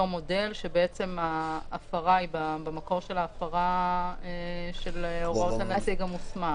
מודל שבמקור של ההפרה של הוראות הנציג המוסמך.